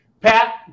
Pat